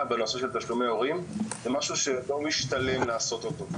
בנושא של תשלומי הורים זה משהו שלא משתלם לעשות אותו.